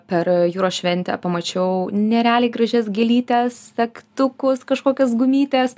per jūros šventę pamačiau nerealiai gražias gėlytes segtukus kažkokias gumytes